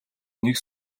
нэг